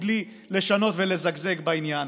בלי לשנות ולזגזג בעניין.